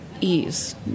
ease